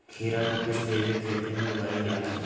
खीरा को किस जैविक खेती में उगाई जाला?